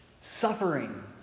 suffering